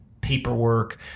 paperwork